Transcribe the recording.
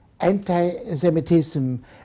anti-Semitism